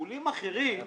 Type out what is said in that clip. שיקולים אחרים זה